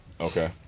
Okay